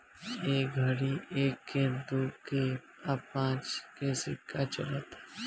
ए घड़ी एक के, दू के आ पांच के सिक्का चलता